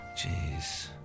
Jeez